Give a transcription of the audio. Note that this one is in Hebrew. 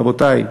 רבותי,